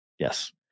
Yes